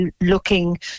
looking